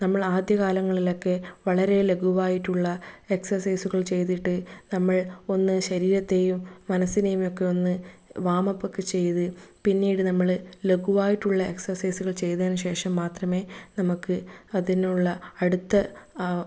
നമ്മൾ ആദ്യ കാലങ്ങളിലൊക്കെ വളരെ ലഘുവായിട്ടുള്ള എക്സർസൈസുകൾ ചെയ്തിട്ട് നമ്മൾ ഒന്ന് ശരീരത്തെേയും മനസ്സിനേയും ഒക്കെ ഒന്ന് വാമപ്പൊക്കെ ചെയ്ത് പിന്നീട് നമ്മൾ ലഘുവായിട്ടുള്ള എക്സർസൈസുകൾ ചെയ്തതിനു ശേഷം മാത്രമേ നമുക്ക് അതിനുള്ള അടുത്ത ആ